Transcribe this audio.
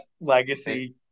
legacy